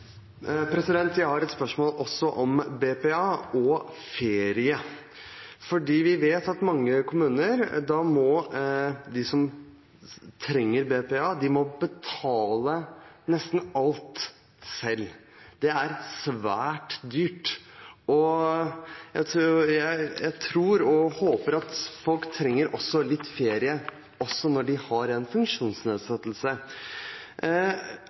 Jeg har også et spørsmål om BPA og ferie. Vi vet at i mange kommuner må de som trenger BPA, betale nesten alt selv. Det er svært dyrt. Jeg tror og håper at folk trenger litt ferie også når de har en funksjonsnedsettelse.